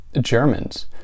Germans